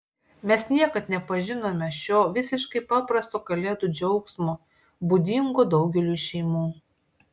mes niekad nepažinome šio visiškai paprasto kalėdų džiaugsmo būdingo daugeliui šeimų